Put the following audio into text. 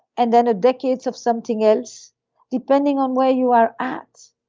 and then a decade of something else depending on where you are at.